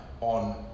on